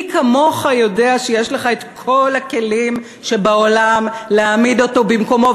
מי כמוך יודע שיש לך כל הכלים שבעולם להעמיד אותו במקומו.